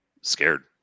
scared